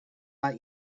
our